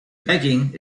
begging